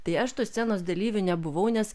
tai aš tos scenos dalyviu nebuvau nes